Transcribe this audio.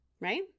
right